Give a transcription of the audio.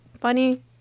Funny